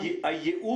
נכון.